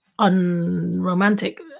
unromantic